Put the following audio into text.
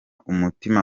umutima